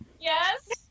Yes